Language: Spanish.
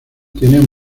tienen